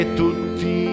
tutti